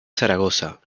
zaragoza